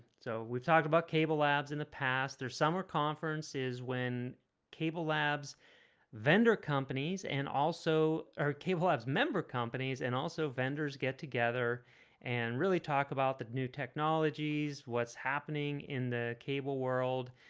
so we've talked about cable labs in the past. there's summer conference is when cable labs vendor companies and also our cable haves member companies and also vendors get together and really talk about the new technologies what's happening in the cable world?